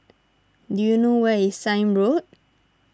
do you know where is Sime Road